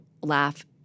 laugh